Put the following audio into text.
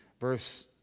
verse